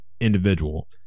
individual